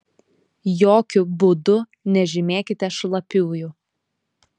jokiu būdu nežymėkite šlapiųjų